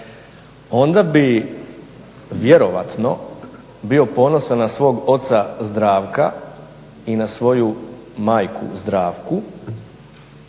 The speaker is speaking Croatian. onda bi vjerojatno bio ponosan na svog oca Zdravka i na svoju majku Zdravku